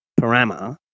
parameter